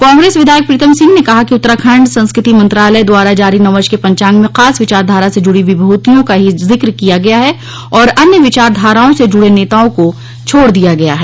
कांग्रेस विधायक प्रीतम सिंह ने कहा उत्तराखण्ड संस्कृति मंत्रालय द्वारा जारी नववर्ष के पंचाग में खास विचारधारा से जुड़ी विभूतियों का ही जिक्र किया गया है और अन्य विचारधाराओं से जुडे नेताओ को छोड़ दिया गया है